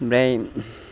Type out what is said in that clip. ओमफ्राय